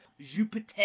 Jupiter